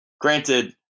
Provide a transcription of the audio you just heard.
Granted